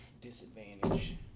Disadvantage